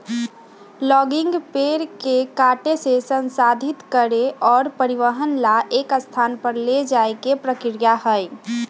logging पेड़ के काटे से, संसाधित करे और परिवहन ला एक स्थान पर ले जाये के प्रक्रिया हई